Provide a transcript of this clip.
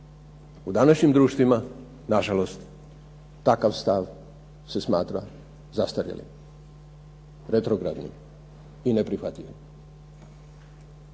u današnjim društvima na žalost takav stav se smatra zastarjelim, retrogradnim i neprihvatljivim.